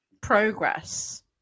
progress